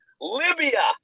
Libya